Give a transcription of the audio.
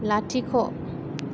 लाथिख'